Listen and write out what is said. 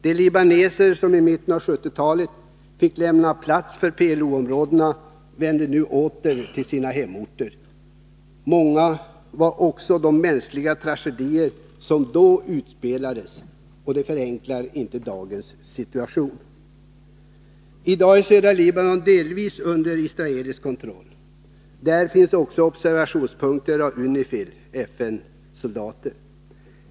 De libaneser som i mitten av 1970-talet fick lämna plats för PLO vänder nu åter till sina hemorter. Många var också de mänskliga tragedier som då utspelades, och det förenklar inte dagens situation. I dag är södra Libanon delvis under israelisk kontroll. Där finns också observationspunkter för Unifil, FN-soldater.